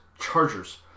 Chargers